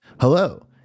Hello